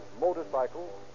motorcycles